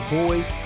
boys